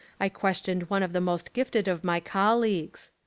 i ques tioned one of the most gifted of my colleagues.